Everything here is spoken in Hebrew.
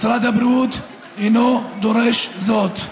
משרד הבריאות אינו דורש זאת.